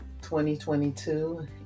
2022